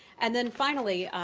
and then finally,